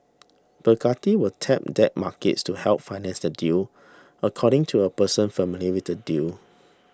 Bacardi will tap debt markets to help finance the deal according to a person familiar with the deal